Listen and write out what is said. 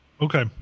Okay